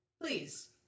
please